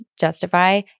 justify